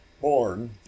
born